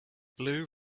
blue